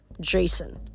Jason